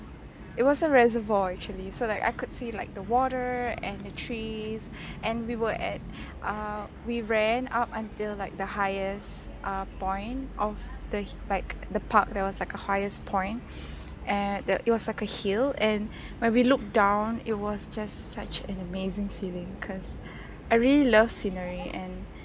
it was a reservoir actually so like I could see like the water and the trees and we were at uh we ran up until like the highest uh point of the hil~ like the park there was like a highest point and that it was like a hill and when we look down it was just such an amazing feeling cause I really love scenery and